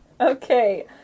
Okay